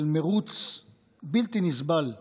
של מרוץ בלתי נסבל לשינוי,